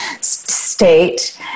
state